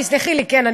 תסלחי לי, כן?